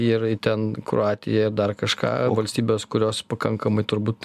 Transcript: ir ten kroatija ir dar kažką o valstybės kurios pakankamai turbūt